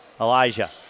Elijah